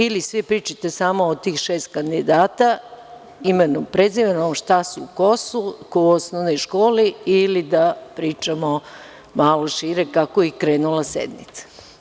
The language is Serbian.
Ili svi pričajte o samo tih šest kandidata, imenom i prezimenom, šta su i ko su, kao u osnovnoj školi ili da pričamo malo šire, kako je i krenula sednica.